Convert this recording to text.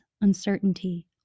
uncertainty